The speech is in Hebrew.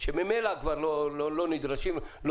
שממילא כבר לא נצרכים.